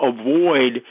avoid